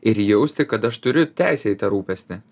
ir jausti kad aš turiu teisę į tą rūpestį